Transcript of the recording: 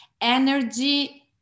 energy